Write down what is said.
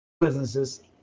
businesses